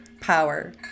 power